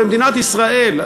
למדינת ישראל,